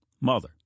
mother